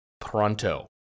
pronto